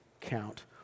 count